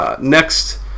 next